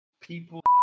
people